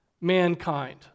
mankind